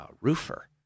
roofer